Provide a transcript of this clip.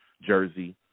Jersey